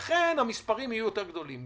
לכן, המספרים יהיו יותר גדולים.